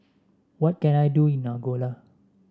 what can I do in Angola